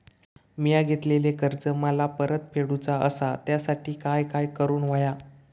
मिया घेतलेले कर्ज मला परत फेडूचा असा त्यासाठी काय काय करून होया?